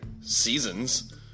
seasons